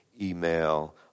email